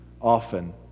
often